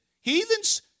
Heathens